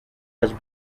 has